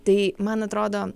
tai man atrodo